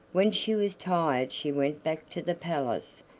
when she was tired she went back to the palace,